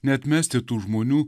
neatmesti tų žmonių